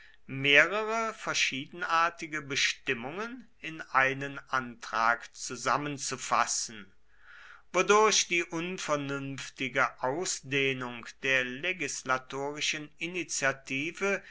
mehrere verschiedenartige bestimmungen in einen antrag zusammenzufassen wodurch die unvernünftige ausdehnung der legislatorischen initiative